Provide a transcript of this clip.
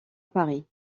paris